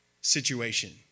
situation